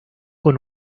con